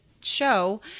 show